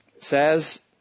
says